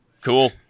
cool